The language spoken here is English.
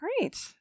Great